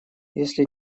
если